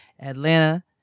Atlanta